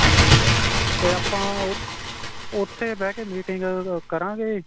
ਹਾਂਜੀ ਅਤੇ ਆਪਾਂ ਉਥੇ ਬਹਿ ਕੇ ਮੀਟਿੰਗ ਕਰਾਂਗੇ